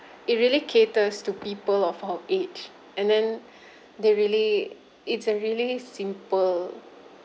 it really caters to people of our age and then they really it's a really simple